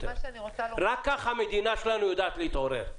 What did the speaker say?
רק כך המדינה שלנו יודעת להתעורר.